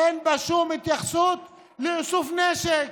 אין בה שום התייחסות לאיסוף נשק,